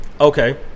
Okay